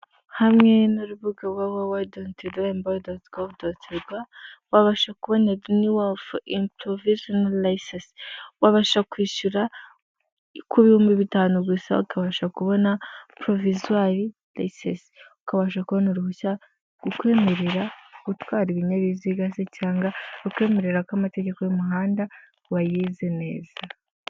Hamwe n'urubuga www. irembo. gov.rw wabasha kubona dine worf in provision lices wabasha kwishyura bihumbi bitanu gusa bakabasha kubona provisaire lices ukabasha kubona uruhushya rukwemerera gutwara ibinyabiziga se cyangwa rukwemerera ko amategeko y'umuhanda wayize neza.